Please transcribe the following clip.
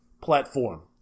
platform